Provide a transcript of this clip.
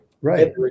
right